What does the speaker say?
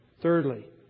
Thirdly